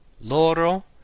Loro